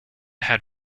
had